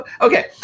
Okay